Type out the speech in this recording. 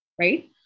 right